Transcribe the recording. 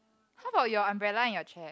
how about your umbrella in your chair